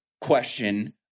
question